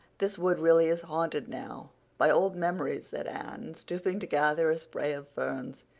this wood really is haunted now by old memories, said anne, stooping to gather a spray of ferns,